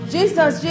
Jesus